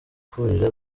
kurira